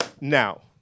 now